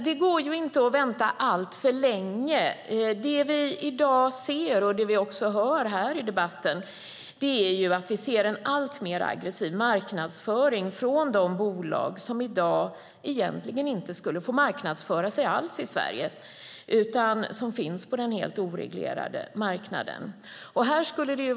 Det går dock inte att vänta alltför länge. Det vi i dag ser, och också hör om här i debatten, är en alltmer aggressiv marknadsföring från de bolag som i dag egentligen inte skulle få marknadsföra sig alls i Sverige utan finns på den helt oreglerade marknaden.